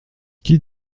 qui